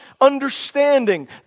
understanding